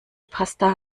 pasta